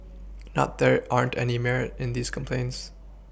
not there aren't any Merit in these complaints